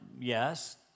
yes